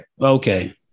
Okay